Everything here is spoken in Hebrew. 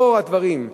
לאור הדברים,